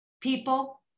People